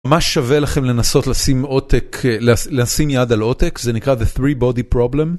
מה שווה לכם לנסות לשים עותק, לשים יד על עותק זה נקרא the three body problem.